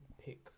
pick